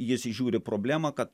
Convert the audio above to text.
jis įžiūri problemą kad